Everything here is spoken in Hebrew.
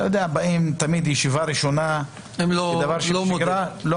תמיד בישיבה ראשונה הוא לא מודה,